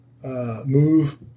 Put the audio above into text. Move